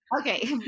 okay